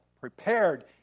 prepared